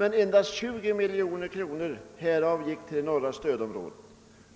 Endast 20 miljoner kronor härav gick till norra stödområdet.